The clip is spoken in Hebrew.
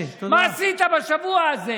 מה עשית בשבוע הזה